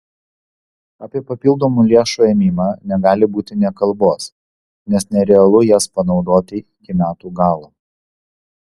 apie papildomų lėšų ėmimą negali būti nė kalbos nes nerealu jas panaudoti iki metų galo